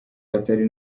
atari